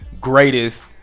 greatest